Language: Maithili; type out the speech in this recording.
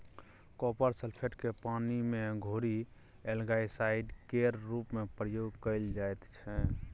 कॉपर सल्फेट केँ पानि मे घोरि एल्गासाइड केर रुप मे प्रयोग कएल जाइत छै